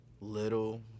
little